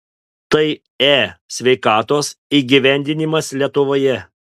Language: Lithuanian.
tai e sveikatos įgyvendinimas lietuvoje